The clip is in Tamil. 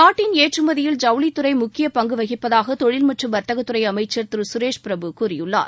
நாட்டின் ஏற்றுமதியில் ஜவுளித்துறை முக்கிய பங்குவகிப்பதாக தொழில் மற்றம் வர்த்தகத்துறை அமைச்சர் திரு சுரேஷ் பிரபு கூறியுள்ளார்